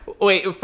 Wait